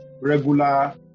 regular